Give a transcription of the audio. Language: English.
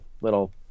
little